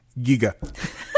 Giga